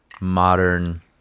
modern